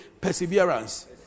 perseverance